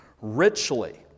richly